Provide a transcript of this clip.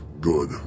good